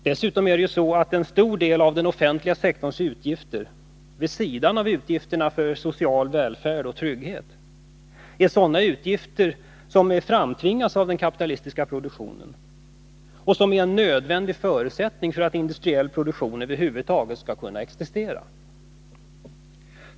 Dessutom är det ju så, att en stor del av den offentliga sektorns utgifter — vid sidan av utgifterna för social välfärd och trygghet — är sådana utgifter som framtvingas av den kapitalistiska produktionen och som är en nödvändig förutsättning för att industriell verksamhet över huvud taget skall kunna existera.